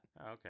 Okay